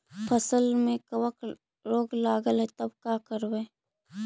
फसल में कबक रोग लगल है तब का करबै